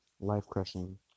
life-crushing